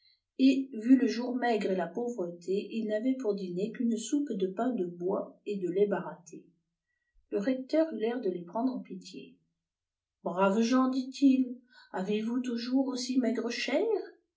vu le jour maigre et la pauvreté ils n'avaient pour dfner cju'une soupe de pain de bois et de lait baratté le recteur eut l'air de les prendre en pitié braves gens dit-il avez-vous toujours aussi maigre chère